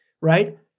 right